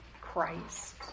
Christ